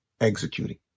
executing